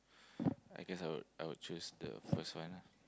I guess I would I would choose the first one ah